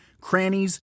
crannies